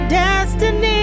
destiny